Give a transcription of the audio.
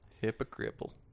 Hypocritical